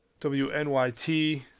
WNYT